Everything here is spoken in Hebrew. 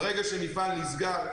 ברגע שמפעל נסגר,